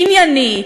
ענייני,